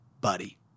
buddy